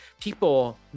People